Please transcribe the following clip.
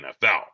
NFL